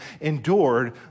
endured